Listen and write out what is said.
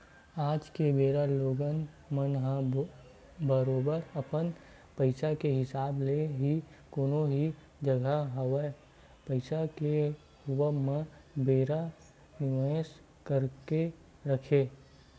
आज के बेरा लोगन मन ह बरोबर अपन पइसा के हिसाब ले ही कोनो भी जघा होवय पइसा के होवब म बरोबर निवेस करके रखथे